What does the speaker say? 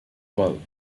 pulp